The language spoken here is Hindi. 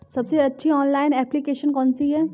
सबसे अच्छी ऑनलाइन एप्लीकेशन कौन सी है?